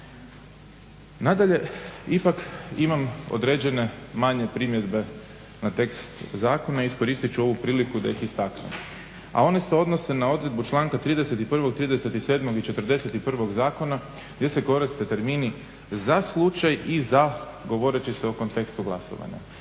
Nadalje, ipak imam određene manje primjedbe na tekst zakona, iskoristit ću ovu priliku da ih istaknem, a one se odnose na odredbu članka 31., 37. i 41.zakona gdje se koriste termini za slučaj i za govoreći se o kontekstu glasovanja.